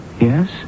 Yes